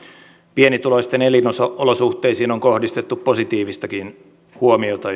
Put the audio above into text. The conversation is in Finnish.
pienituloisten elinolosuhteisiin on kohdistettu positiivistakin huomiota